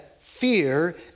fear